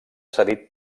cedit